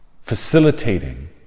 facilitating